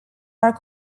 are